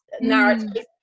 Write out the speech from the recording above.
narrative